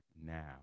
now